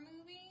movie